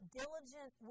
diligent